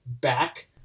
back